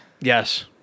Yes